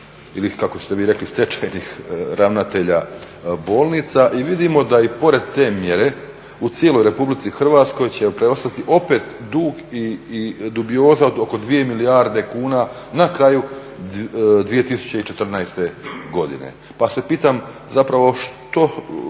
rekli stečajnih ravnatelja bolnica i vidimo da i pored te mjere u cijeloj Republici Hrvatskoj će preostati opet dug i dubioza od oko 2 milijarde kuna na kraju 2014. godine. Pa se pitam zapravo što,